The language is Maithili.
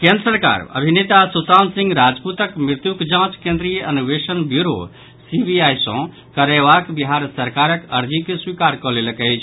केन्द्र सरकार अभिनेता सुशांत सिंह राजपूतक मृत्युक जांच केन्द्रीय अन्वेषण ब्यूरो सीबीआई सॅ करयबाक बिहार सरकारक अर्जी के स्वीकार कऽ लेलक अछि